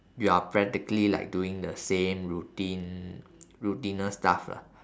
you're practically like doing the same routine routinous stuff lah